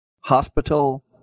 hospital